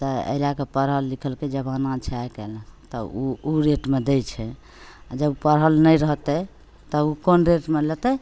तऽ एहि लैके पढ़ल लिखलके जमाना छै आइकाल्हि तऽ ओ ओ रेटमे दै छै आओर जब पढ़ल नहि रहतै तब ओ कोन रेटमे लेतै